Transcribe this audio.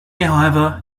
however